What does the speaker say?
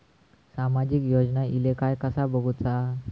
सामाजिक योजना इले काय कसा बघुचा?